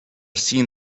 seen